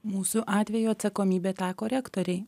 mūsų atveju atsakomybė teko rektorei